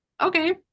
okay